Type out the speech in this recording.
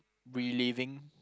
reliving